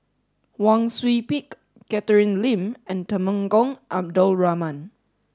Wang Sui Pick Catherine Lim and Temenggong Abdul Rahman